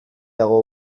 dago